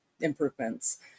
improvements